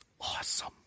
awesome